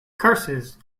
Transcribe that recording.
curses